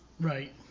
Right